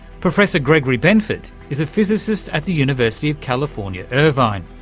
professor gregory benford is a physicist at the university of california, irvine.